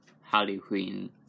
Halloween